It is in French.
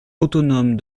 autonome